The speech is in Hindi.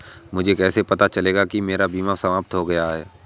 मुझे कैसे पता चलेगा कि मेरा बीमा समाप्त हो गया है?